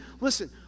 listen